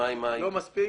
שהוא לא מספיק